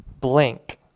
blank